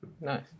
Nice